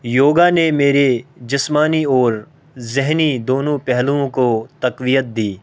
یوگا نے میرے جسمانی اور ذہنی دونوں پہلوؤں کو تقویت دی